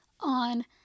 on